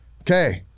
okay